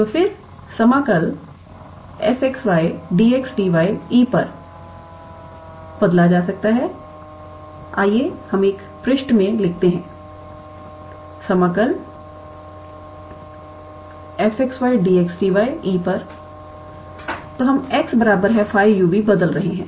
तो फिर समाकल 𝐸𝑓𝑥 𝑦𝑑𝑥𝑑𝑦 बदला जा सकता है आइए हम एक नए पृष्ठ में लिखते हैं समाकल𝐸𝑓𝑥 𝑦𝑑𝑥𝑑𝑦 तो हम 𝑥 𝜑 u v बदल रहे हैं